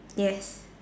yes